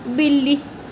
बिल्ली